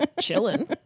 chilling